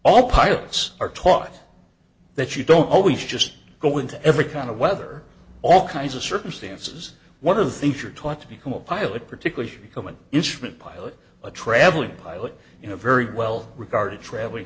all pilots are taught that you don't always just go into every kind of weather all kinds of circumstances one of the things you're taught to become a pilot particularly become an instrument pilot a traveling pilot in a very well regarded traveling